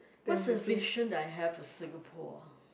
what's the vision that I have for Singapore